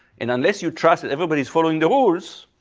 and unless you trust everybody is following the rules,